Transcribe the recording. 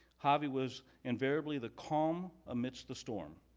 javier was invariably the calm amidst the storm.